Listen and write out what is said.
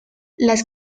las